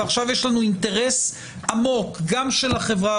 ועכשיו יש לנו אינטרס עמוק גם של החברה